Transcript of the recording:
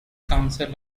council